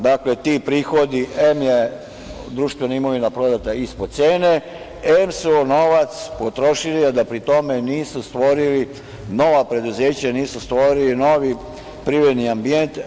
Dakle, ti prihodi, em je društvena imovina prodata ispod cene, em su novac potrošili a da pri tome nisu stvorili nova preduzeća i nisu stvorili novi privredni ambijent.